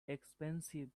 expensive